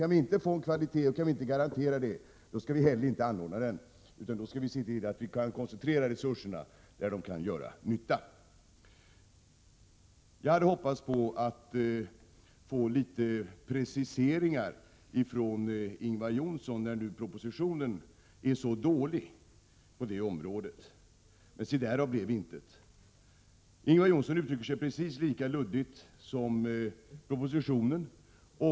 Kan vi inte garantera kvalitet, då skall vi heller inte anordna utbildningen, utan då skall vi se till att resurserna koncentreras där de kan göra nytta. Jag hade hoppats få litet preciseringar av Ingvar Johnsson, när nu propositionen är så dålig på det området. Men därav blev intet. Ingvar Johnsson uttrycker sig precis lika luddigt som man gör i propositionen.